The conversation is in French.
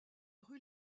rue